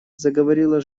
заговорила